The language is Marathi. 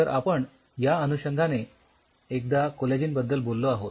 तर आपण या अनुषंगाने एकदा कोलॅजिन बद्दल बोललो आहोत